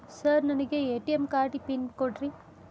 Sir ನನಗೆ ATM card PIN ಕೊಡ್ರಿ?